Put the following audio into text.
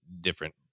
different